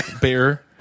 bear